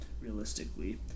realistically